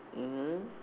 mmhmm